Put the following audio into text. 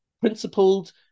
principled